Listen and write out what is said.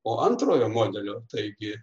o antrojo modelio taigi